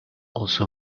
also